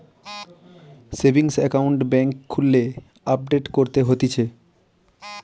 savings account বেংকে খুললে update করতে হতিছে